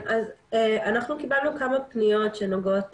אנחנו קיבלנו כמה פניות שנוגעות